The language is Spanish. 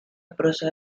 prosa